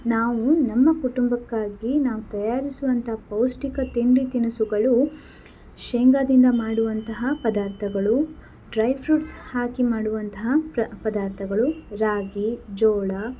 ನಾವು ನಮ್ಮ ಕುಟುಂಬಕ್ಕಾಗಿ ನಾವು ತಯಾರಿಸುವಂಥ ಪೌಷ್ಟಿಕ ತಿಂಡಿ ತಿನಿಸುಗಳು ಶೇಂಗಾದಿಂದ ಮಾಡುವಂತಹ ಪದಾರ್ಥಗಳು ಡ್ರೈ ಫ್ರೂಟ್ಸ್ ಹಾಕಿ ಮಾಡುವಂತಹ ಪದಾರ್ಥಗಳು ರಾಗಿ ಜೋಳ